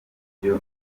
ibyo